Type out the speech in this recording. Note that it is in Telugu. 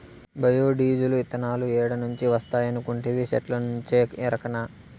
బయో డీజిలు, ఇతనాలు ఏడ నుంచి వస్తాయనుకొంటివి, సెట్టుల్నుంచే ఎరకనా